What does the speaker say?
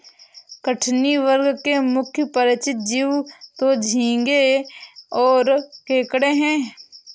कठिनी वर्ग के मुख्य परिचित जीव तो झींगें और केकड़े हैं